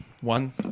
one